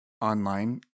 online